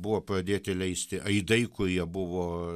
buvo pradėti leisti aidai kurie buvo